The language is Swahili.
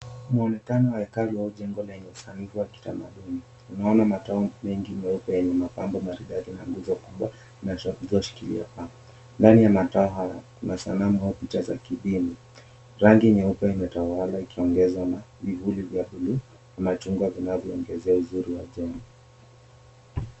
Muonekano wa hekalu au jengo lenye usanifu wa kitamaduni, tunaona matawi mengi meupe yenye mapambo maridadi na nguzo kubwa zilizoshikilia. Ndani ya matawi hayo kuna sanamu au picha za kidini, rangi nyeupe imetawala ikiongeza na mibuyu na machungwa vinavyoongezea uzuri wa jengo.